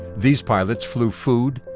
these pilots flew food,